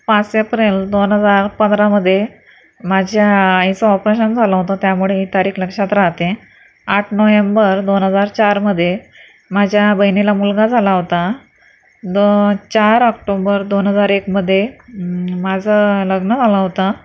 पाच एप्रिल दोन हजार पंधरामध्ये माझ्या आईचं ऑपरेशन झालं होतं त्यामुळे ही तारीख लक्षात राहते आठ नोव्हेंबर दोन हजार चारमध्ये माझ्या बहिणीला मुलगा झाला होता दो चार ऑक्टोबर दोन हजार एकमध्ये माझं लग्न झालं होतं